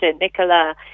Nicola